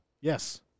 yes